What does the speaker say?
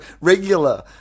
regular